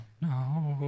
no